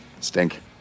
Stink